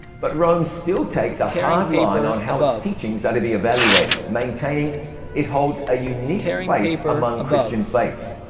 but rome still takes a hard line on how its teachings are to be evaluated, maintaining it holds a unique place among christian faiths.